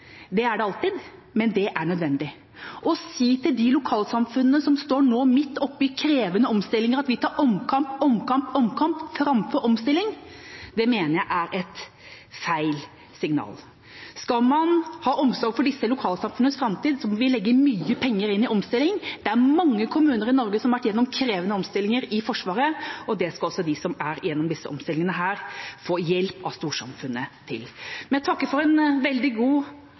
er det alltid, men det er nødvendig. Å si til de lokalsamfunnene som nå står midt oppe i krevende omstillinger, at vi tar omkamp på omkamp framfor omstilling, mener jeg er et feil signal. Skal man ha omsorg for disse lokalsamfunnenes framtid, må vi legge mye penger inn i omstilling. Det er mange kommuner i Norge som har vært gjennom krevende omstillinger i Forsvaret, og de som nå går gjennom disse omstillingene, skal også få hjelp av storsamfunnet. Jeg takker for en veldig god